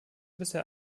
bisher